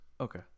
Okay